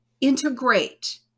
integrate